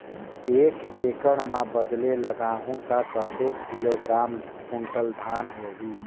एक एकड़ मां बदले लगाहु ता कतेक किलोग्राम कुंटल धान होही?